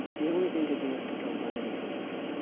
the only thing to do is to go learn something.